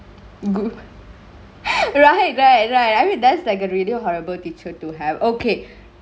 go~ right right right I mean that's like a really horrible teacher to have okay